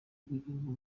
bw’igihugu